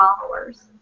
followers